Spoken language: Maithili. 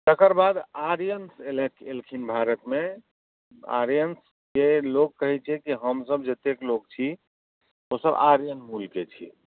तकरबाद आर्यन्स अएलखिन भारतमे आर्यन्स जे लोक कहै छै हमसब जतेक लोक छी ओसब आर्यन मूलके छी